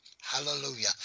Hallelujah